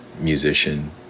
musician